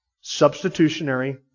substitutionary